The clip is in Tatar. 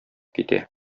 китә